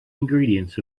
ingredients